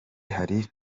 hari